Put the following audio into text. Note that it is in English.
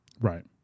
Right